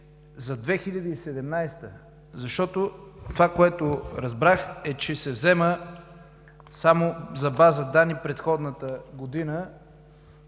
за 2017 г., защото това, което разбрах, е, че се взема само за база данни предходната година